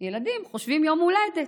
"מזל טוב" ילדים חושבים יום הולדת.